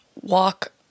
walk